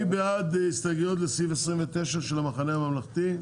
מי בעד ההסתייגויות לסעיף 29 של המחנה הממלכתי?